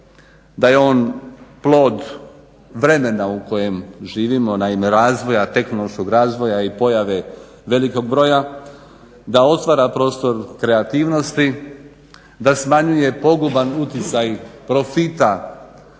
da je on plod vremena u kojem živimo, naime razvoja, tehnološkog razvoja i pojave velikog broja da otvara prostor kreativnosti, da smanjuje poguban utjecaj profita